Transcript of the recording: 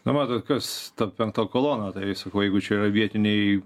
na matot kas ta penkta kolona tai sakau jeigu čia yra vietiniai